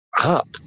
up